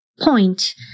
point